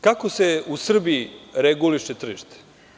Kako se u Srbiji reguliše tržište?